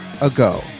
ago